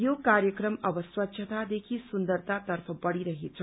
यो कार्यक्रम अब स्वच्छतादेखि सुन्दरतातर्फ बढ़ी रहेछ